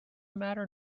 matter